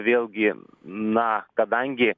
vėlgi na kadangi